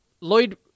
Lloyd